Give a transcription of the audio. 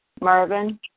Marvin